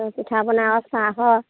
অঁ পিঠা পনা আৰু চাহৰ